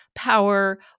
power